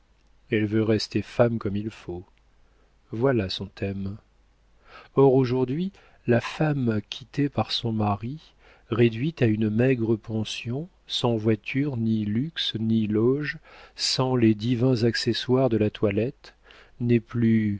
elle veut rester femme comme il faut voilà son thème or aujourd'hui la femme quittée par son mari réduite à une maigre pension sans voiture ni luxe ni loge sans les divins accessoires de la toilette n'est plus